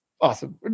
awesome